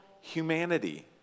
humanity